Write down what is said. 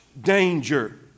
danger